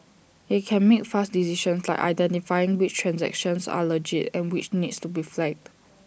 IT can make fast decisions like identifying which transactions are legit and which need to be flagged